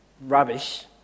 rubbish